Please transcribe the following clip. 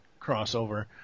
crossover